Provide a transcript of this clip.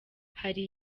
hari